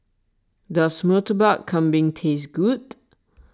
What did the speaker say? does Murtabak Kambing taste good